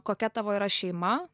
kokia tavo yra šeima